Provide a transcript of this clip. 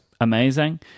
amazing